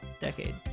decade